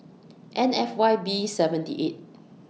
N F Y B seventy eight